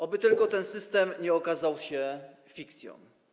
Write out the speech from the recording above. Oby tylko ten system nie okazał się fikcją.